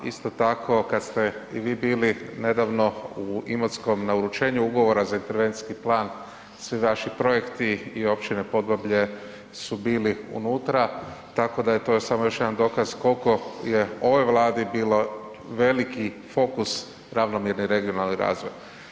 Isto tako kad ste i vi bili nedavno u Imotskom na uručenju Ugovora za intervencijski plan, svi vaši projekti i općina Podbablje su bili unutra, tako da je to samo još jedan dokaz kolko je ovoj vladi bilo veliki fokus ravnomjerni regionalni razvoj.